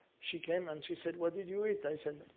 she came and she said, what did you eat? i said,